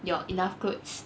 your enough clothes